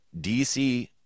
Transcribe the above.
DC